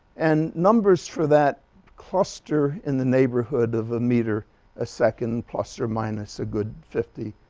and numbers for that cluster in the neighborhood of a meter a second, plus or minus a good fifty.